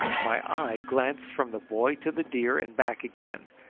my eye glanced from the boy to the deer and back again,